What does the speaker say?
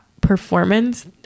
performance